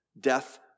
Death